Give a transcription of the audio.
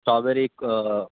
strawberry